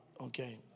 okay